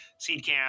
SeedCamp